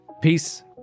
Peace